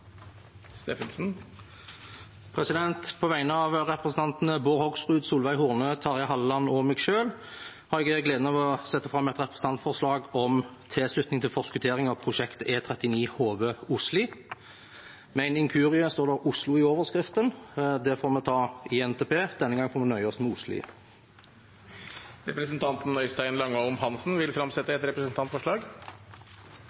På vegne av representantene Bård Hoksrud, Solveig Horne, Terje Halleland og meg selv har jeg gleden av å sette fram et representantforslag om tilslutning til forskuttering av prosjektet E39 Hove–Osli. Ved en inkurie står det «Oslo» i overskriften. Det får vi ta i forbindelse med NTP. Denne gangen får vi nøye oss med Osli. Representanten Øystein Langholm Hansen vil